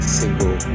single